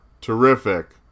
Terrific